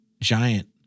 giant